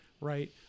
right